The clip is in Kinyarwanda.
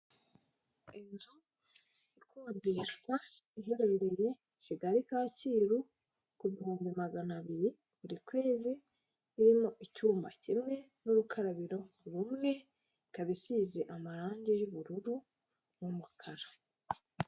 Inzu ikodeshwa iherereye Kigali Kacyiru ku bihumbi magana abiri buri kwezi, irimo icyuma kimwe n'urukarabiro rumwe ikaba isize amarangi y'ubururu n'umukara.